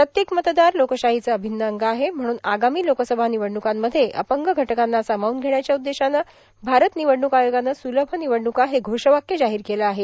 प्रत्येक मतदार लोकशाहीचा अभिन्न अंग आहे म्हणून आगामी लोकसभा निवडणूकीमध्ये अपंग घटकांना सामावून घेण्याच्या उद्देश्याने भारत निवडणूक आयोगाने सुलभ निवडणूका हे घोष वाक्य जाहिर केले आहे